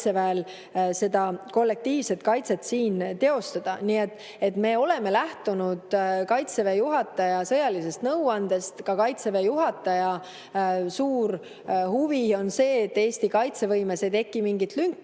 seda kollektiivset kaitset siin teostada. Nii et me oleme lähtunud Kaitseväe juhataja sõjalisest nõuandest. Ka Kaitseväe juhataja suur huvi on see, et Eesti kaitsevõimes ei tekiks mingit lünka.